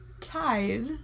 Tied